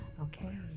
okay